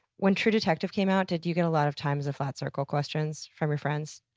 when true detective came out did you get a lot of time is a flat circle questions from your friends?